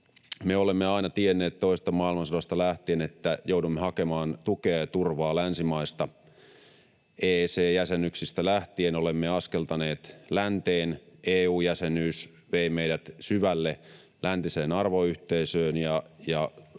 Me olemme aina tienneet, toisesta maailmansodasta lähtien, että joudumme hakemaan tukea ja turvaa länsimaista. EEC-jäsenyyksistä lähtien olemme askeltaneet länteen. EU-jäsenyys vei meidät syvälle läntiseen arvoyhteisöön